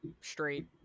straight